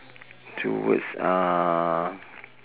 two words uh